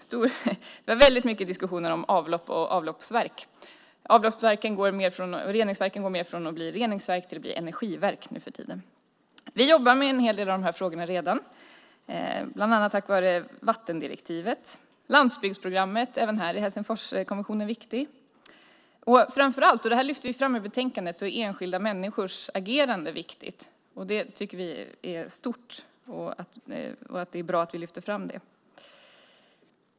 Det var väldigt mycket diskussioner om avlopp och avloppsverk. Reningsverken går mer från att vara reningsverk till att bli energiverk nu för tiden. Vi jobbar redan med en hel del av de här frågorna, bland annat tack vare vattendirektivet och landsbygdsprogrammet. Även här är Helsingforskonventionen viktig. Framför allt - det här lyfter vi fram i betänkandet - är enskilda människors agerande viktigt. Det tycker vi är stort, och det är bra att vi lyfter fram det.